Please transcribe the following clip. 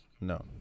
No